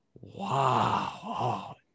wow